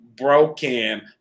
broken